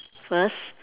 first